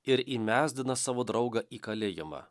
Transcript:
ir įmesdina savo draugą į kalėjimą